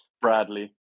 Bradley